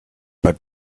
but